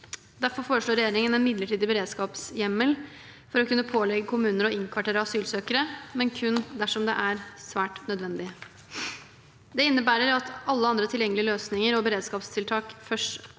Derfor foreslår regjeringen en midlertidig beredskapshjemmel for å kunne pålegge kommuner å innkvartere asylsøkere, men kun dersom det er svært nødvendig. Det innebærer at alle andre tilgjengelige løsninger og beredskapstiltak først